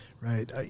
Right